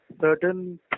certain